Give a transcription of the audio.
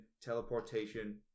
teleportation